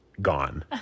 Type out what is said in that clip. gone